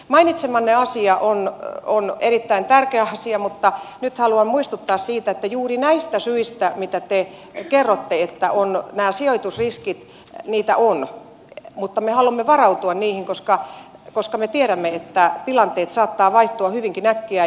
mainitsemanne asia on erittäin tärkeä asia mutta nyt haluan muistuttaa siitä että juuri näistä syistä mitä te kerroitte että on nämä sijoitusriskit niitä on me haluamme varautua niihin koska me tiedämme että tilanteet saattavat vaihtua hyvinkin äkkiä